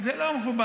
זה לא מכובד.